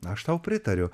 aš tau pritariu